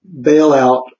bailout